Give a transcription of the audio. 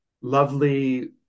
lovely